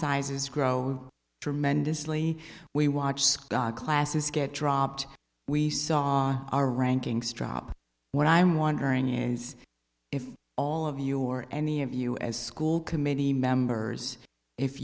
sizes grow tremendously we watch scott classes get dropped we saw our rankings drop what i'm wondering if all of you or any of you as school committee members if